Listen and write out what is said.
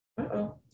Uh-oh